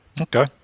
okay